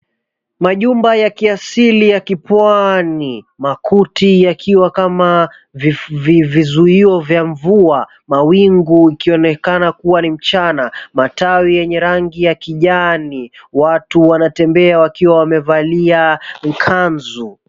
Majumba ya kiasili ya kipwani, makuti yakiwa kama vizuio vya mvua, mawingu ikionekana kua ni mchana, matawi yenye rangi ya kijani, watu wanatembea wakiwa wamevalia ukanzu.